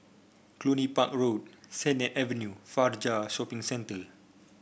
Cluny Park Road Sennett Avenue Fajar Shopping Centre